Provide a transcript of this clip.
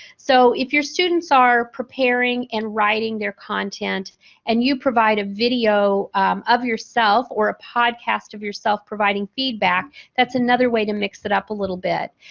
so, if your students are preparing and writing their content and you provide a video of yourself or a podcast of yourself providing feedback that's another way to mix it up a little bit.